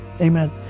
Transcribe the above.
Amen